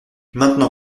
maintenant